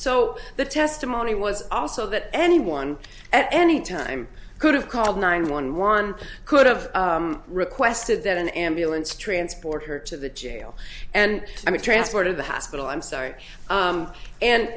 so the testimony was also that anyone at any time could have called nine one one could have requested that an ambulance transport her to the jail and i mean transported the hospital i'm sorry